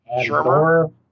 Shermer